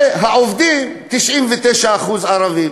והעובדים, 99% ערבים.